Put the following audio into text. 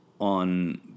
on